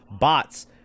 Bots